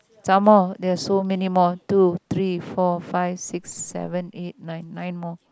some more there're so many more two three four five six seven eight nine nine more